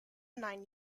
nine